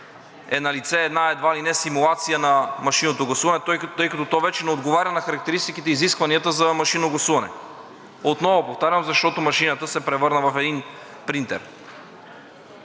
е налице една едва ли не симулация на машинното гласуване, тъй като то вече не отговаря на характеристиките и на изискванията за машинно гласуване. Отново повтарям, защото машината се превърна в един принтер.